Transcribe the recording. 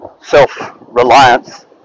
self-reliance